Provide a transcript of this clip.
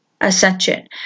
Ascension